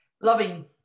loving